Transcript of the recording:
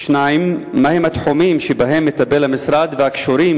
2. מהם התחומים שבהם מטפל המשרד הקשורים